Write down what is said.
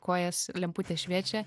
kojas lemputės šviečia